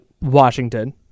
Washington